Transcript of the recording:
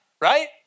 right